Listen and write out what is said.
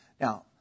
Now